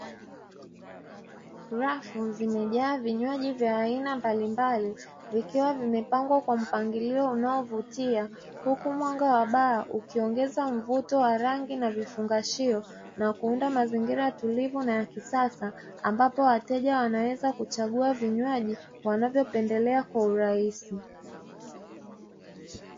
Rafu zimejaa vinywaji vya aina mbalimbali zikiwa zimepangwa kwa mpangilio unaovutia. Huku mwanga wa baa ukiongeza mvuto ya rangi na vifaa na kuunda mazingira tulivu na ya kisasa. Ambapo wateja wanaweza kuchagua vinywaji wanavyopendelea kwa urahisi.